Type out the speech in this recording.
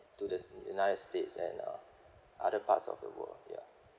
to the united states and uh other parts of the world ya